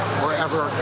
wherever